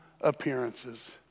appearances